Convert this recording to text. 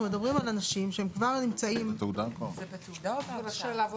בתעודה או בהרשאה?